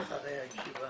הישיבה